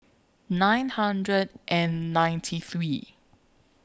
nine hundred and ninety three